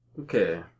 Okay